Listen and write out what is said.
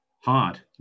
hard